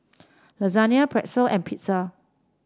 the Lasagne Pretzel and Pizza